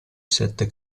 sette